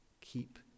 Keep